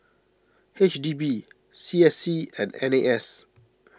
H D B C S C and N A S